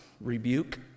rebuke